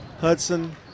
Hudson